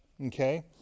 Okay